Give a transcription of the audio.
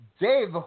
Dave